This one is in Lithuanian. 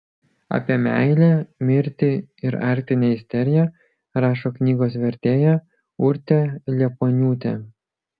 apie meilę mirtį ir arktinę isteriją rašo knygos vertėja urtė liepuoniūtė